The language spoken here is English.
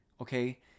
okay